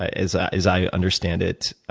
ah as as i understand it,